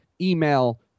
email